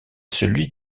celui